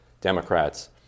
Democrats